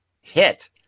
hit